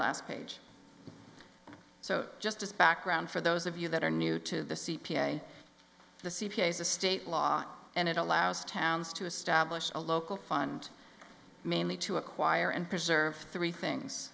last page so just as background for those of you that are new to the c p a the c p a is a state law and it allows towns to establish a local fund mainly to acquire and preserve three things